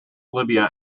libya